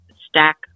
stack